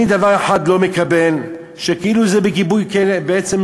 אני דבר אחד לא מקבל: שזה כאילו בגיבוי חוקי בעצם,